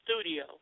studio